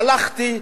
הלכתי,